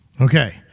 okay